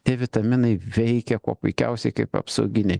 tie vitaminai veikia kuo puikiausiai kaip apsauginiai